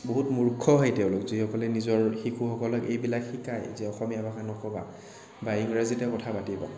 বহুত মুৰ্খ হয় তেওঁলোক যিসকলে নিজৰ শিশুসকলক এইবিলাক শিকাই যে অসমীয়া ভাষা নক'বা বা ইংৰাজীতে কথা পাতিবা